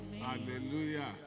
hallelujah